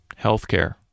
healthcare